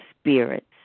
spirits